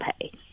pay